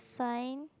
sign